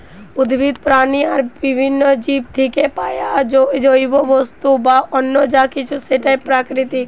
উদ্ভিদ, প্রাণী আর বিভিন্ন জীব থিকে পায়া জৈব বস্তু বা অন্য যা কিছু সেটাই প্রাকৃতিক